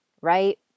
right